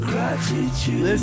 Gratitude